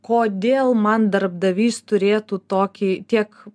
kodėl man darbdavys turėtų tokį tiek